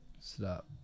Stop